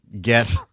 get